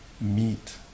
meet